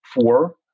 four